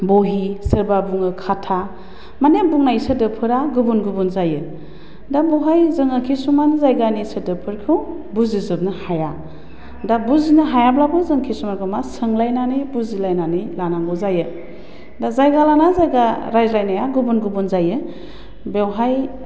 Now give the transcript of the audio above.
बहि सोरबा बुङो खाटा माने बुंनाय सोदोबफोरा गुबुन गुबुन जायो दा बहाय जोङो खिसुमान जायगानि सोदोबफोरखौ बुजि जोबनो हाया दा बुजिनो हायाब्लाबो जों खिसुमानखौ मा सोंलायनानै बुजिलायनानै लानांगौ जायो दा जायगा लाना जायगा रायलाइनाया गुबुन गुबुन जायो बेवहाय